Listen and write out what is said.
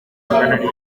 maganarindwi